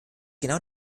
genau